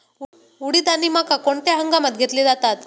उडीद आणि मका कोणत्या हंगामात घेतले जातात?